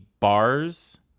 Bars